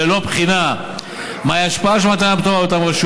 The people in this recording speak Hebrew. ללא בחינה מהי ההשפעה של מתן הפטור על אותה רשות